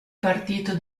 partito